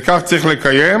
וכך צריך לקיים.